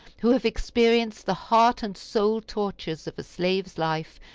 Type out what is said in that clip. who have experienced the heart and soul tortures of a slave's life,